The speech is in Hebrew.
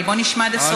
אבל בואו נשמע עד הסוף.